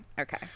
Okay